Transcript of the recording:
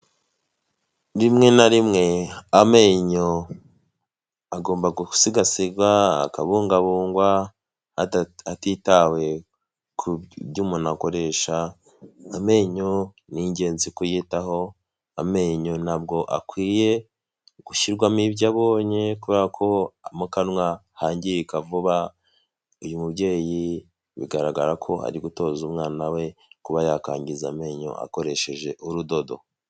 Rimwe na rimwe amenyo agomba gusigasirwa akabungabungwa atitawe ku byo umuntu akoresha amenyo ni ingenzi kuyitaho amenyo ntabwo akwiye gushyirwamo ibyo abonye kubera ko mu kanwa hangirika vuba uyu mubyeyi bigaragara ko ari gutoza umwana we kuba yakangiza amenyo akoresheje urudodo.